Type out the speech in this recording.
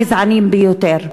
גזעניים ביותר.